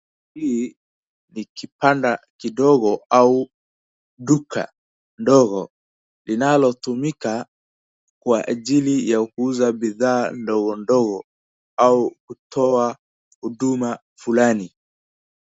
Hii ni kibanda kidogo au duka dogo, linalotumika kwa ajili ya kuuza bidhaa ndogo ndogo au kutoa huduma fulani.